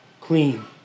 clean